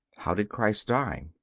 how did christ die?